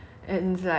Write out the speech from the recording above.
I didn't like it